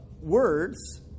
words